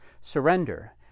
surrender